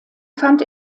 fand